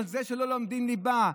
על זה שלא לומדים ליבה.